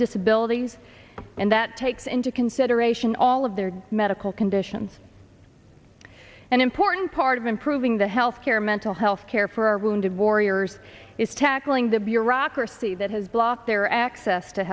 disability and that takes into consideration all of their medical conditions an important part of improving the health care mental health care for our wounded warriors is tackling the bureaucracy that has blocked their access to